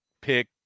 pick